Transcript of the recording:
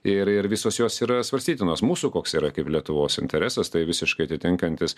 ir ir visos jos yra svarstytinos mūsų koks yra kaip lietuvos interesas tai visiškai atitinkantis